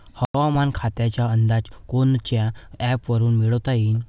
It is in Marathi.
हवामान खात्याचा अंदाज कोनच्या ॲपवरुन मिळवता येईन?